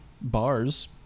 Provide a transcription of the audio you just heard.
bars